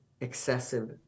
excessive